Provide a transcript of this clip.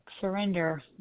Surrender